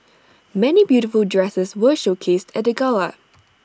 many beautiful dresses were showcased at the gala